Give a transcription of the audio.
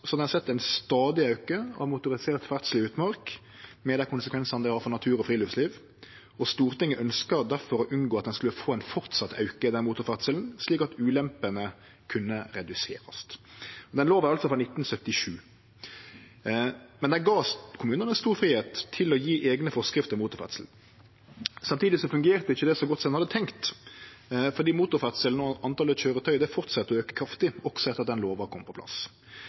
skulle få ein vidare auke i motorferdselen, slik at ulempene kunne reduserast. Lova er frå 1977. Men lova gav kommunane stor fridom til å gje eigne forskrifter om motorferdsel. Samtidig fungerte det ikkje så godt som ein hadde tenkt, for motorferdselen og talet på køyretøy fortsette å auke kraftig også etter at den lova var på plass.